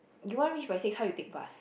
you want reach by six how you take bus